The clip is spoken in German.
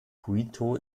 quito